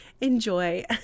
Enjoy